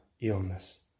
illness